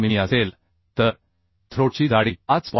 6 मिमी असेल तर थ्रोटची जाडी 5